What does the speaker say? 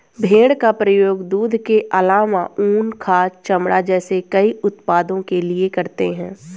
भेड़ का प्रयोग दूध के आलावा ऊन, खाद, चमड़ा जैसे कई उत्पादों के लिए करते है